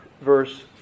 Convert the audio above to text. verse